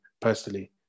personally